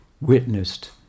witnessed